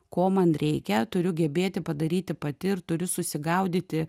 ko man reikia turiu gebėti padaryti pati ir turiu susigaudyti